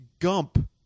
gump